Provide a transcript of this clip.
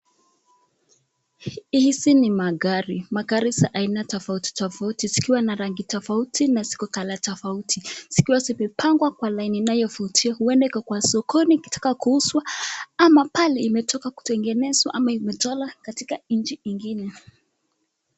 Hizi ni magari magari za aina tofauti tofauti zikiwa na rangi tofauti na zikiwa na colour tofauti zikiwa zimepangwa kwa laini inayovutia huenda ikawa sokoni ikitaka kuuzwa ama pale imetoka kutengenezwa ama imetolewa katika nchi ingine.